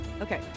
Okay